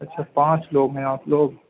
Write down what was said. اچھا پانچ لوگ ہیں آپ لوگ